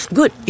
Good